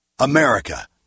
America